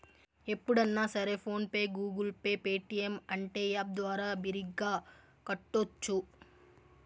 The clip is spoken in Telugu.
ఎప్పుడన్నా సరే PhonePe Google Pay Paytm అంటే యాప్ ద్వారా బిరిగ్గా కట్టోచ్చు